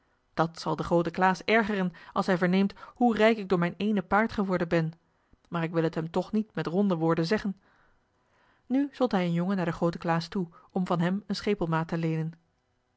dat zal den grooten klaas ergeren als hij verneemt hoe rijk ik door mijn ééne paard geworden ben maar ik wil het hem toch niet met ronde woorden zeggen nu zond hij een jongen naar den grooten klaas toe om van hem een schepelmaat te leenen